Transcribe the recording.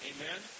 Amen